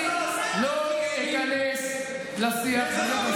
שום הצדקה אין לזה.